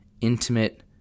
intimate